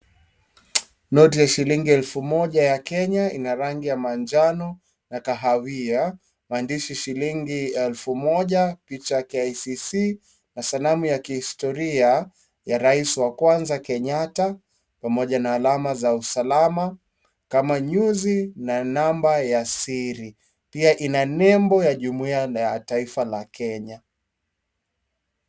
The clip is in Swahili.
Noti ya shilingi elfu moja ya Kenya inarangi ya manjano na kahawia, maandishi shilingi elfu moja, picha cha KICC na sanamu ya kihistoria ya rais wa kwanza Kenyatta pamoja na alama za usalama kama nyuzi na namba ya siri, pia ina nembo ya jumuia na ya taifa ya Kenya.